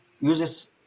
uses